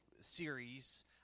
series